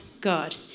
God